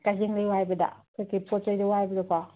ꯀꯖꯦꯡ ꯂꯩ ꯋꯥꯏꯕꯗ ꯄꯣꯠ ꯆꯩꯗꯣ ꯋꯥꯏꯕꯗꯀꯣ